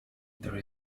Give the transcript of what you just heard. there